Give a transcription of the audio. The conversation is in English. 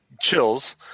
chills